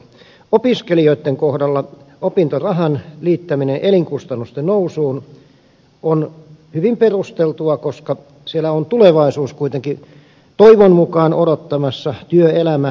opiskelijoitten kohdalla opintorahan liittäminen elinkustannusten nousuun on hyvin perusteltua koska siellä on tulevaisuus kuitenkin toivon mukaan odottamassa työelämä ansiotulot